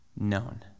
known